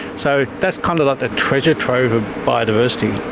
so that's kind of like the treasure trove of biodiversity.